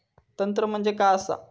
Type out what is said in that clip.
तंत्र म्हणजे काय असा?